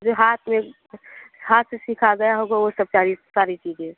यहाँ पर हाथ से सिखाया जाए हो जो सरकारी कारी सी के